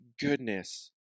goodness